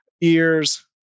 Ears